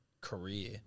career